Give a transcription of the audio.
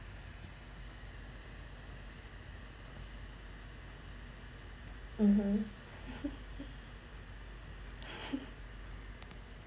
(uh huh)